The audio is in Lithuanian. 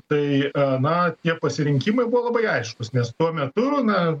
tai na tie pasirinkimai buvo labai aiškūs nes tuo metu na